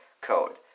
code